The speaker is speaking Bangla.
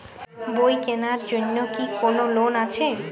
বই কেনার জন্য কি কোন লোন আছে?